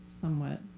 somewhat